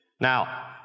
Now